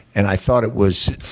and i thought it was